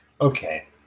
Okay